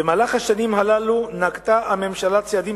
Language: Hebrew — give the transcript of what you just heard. במהלך השנים הללו נקטה הממשלה צעדים